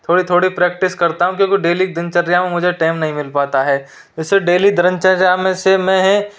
थोड़ी थोड़ी प्रैक्टिस करता हूँ क्योंकि डेली की दिनचर्या में मुझे टैम नहीं मिल पाता है इसे डेली दिनचर्या में से है